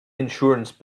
insurance